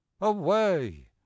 away